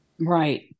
Right